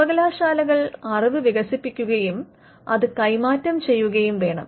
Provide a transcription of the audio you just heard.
സർവ്വകലാശാലകൾ അറിവ് വികസിപ്പിക്കുകയും അത് കൈമാറ്റം ചെയ്യുകയും വേണം